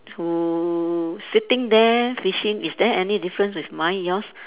who sitting there fishing is there any difference with mine and yours